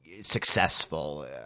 successful